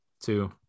two